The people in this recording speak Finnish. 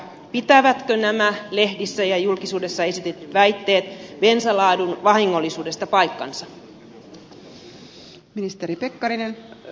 pitävätkö nämä lehdissä ja julkisuudessa esitetyt väitteet bensalaadun vahingollisuudesta paikkansa